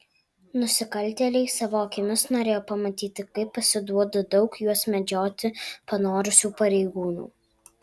nusikaltėliai savo akimis norėjo pamatyti kaip pasiduoda daug juos sumedžioti panorusių pareigūnų